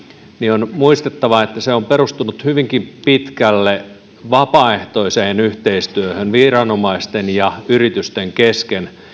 on muistettava että se on perustunut hyvinkin pitkälle vapaaehtoiseen yhteistyöhön viranomaisten ja yritysten kesken